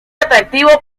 atractivo